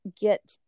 get